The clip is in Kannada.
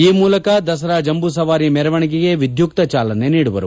ಈ ಮೂಲಕ ದಸರಾ ಜಂಬೂ ಸವಾರಿ ಮೆರವಣಿಗೆಗೆ ವಿದ್ಯುಕ್ತ ಚಾಲನೆ ನೀಡುವರು